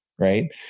right